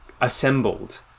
assembled